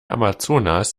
amazonas